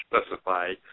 specify